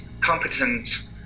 competent